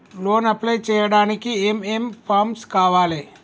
Loan apply చేయడానికి ఏం ఏం ఫామ్స్ కావాలే?